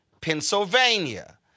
Pennsylvania